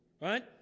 right